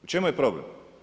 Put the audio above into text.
U čemu je problem?